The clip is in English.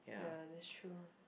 ya that's true